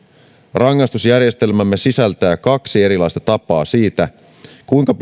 rangaistusjärjestelmämme sisältää kaksi erilaista tapaa siinä kuinka